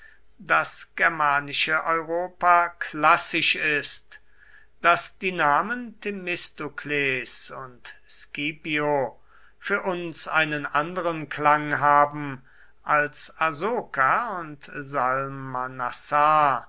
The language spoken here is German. das germanische europa klassisch ist daß die namen themistokles und scipio für uns einen anderen klang haben als asoka und salmanassar